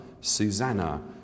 Susanna